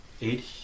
eight